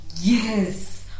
yes